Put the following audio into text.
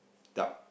duck